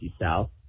South